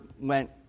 went